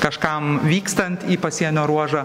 kažkam vykstant į pasienio ruožą